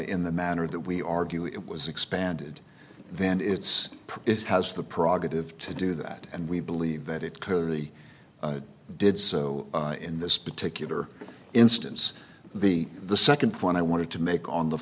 in the manner that we argue it was expanded then it's it has the prerogative to do that and we believe that it currently did so in this particular instance the the second point i wanted to make on the